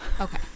Okay